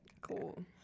Cool